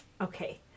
Okay